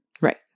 Right